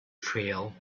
trail